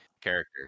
character